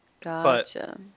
Gotcha